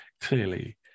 clearly